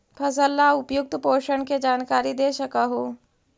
फसल ला उपयुक्त पोषण के जानकारी दे सक हु?